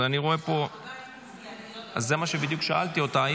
--- זה בדיוק מה שבדיוק שאלתי אותה.